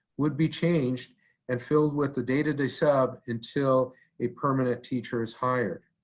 would be changed and filled with the day to day sub until a permanent teacher is hired.